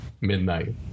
midnight